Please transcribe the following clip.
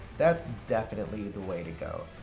that's definitely the way to go.